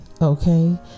Okay